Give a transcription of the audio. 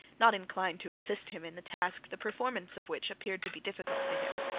not inclined to assist him in the task the performance of which appeared to be difficult to him.